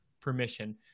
permission